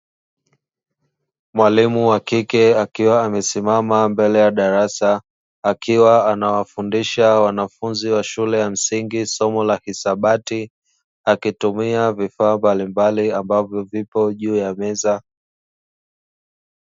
Mwalimu wa kike akiwa amesimama mbele ya darasa, akiwa anawafundisha wanafunzi wa shule ya msingi somo la hisabati akitumia vifaa mbalimbali ambavyo vipo juu ya meza.